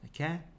okay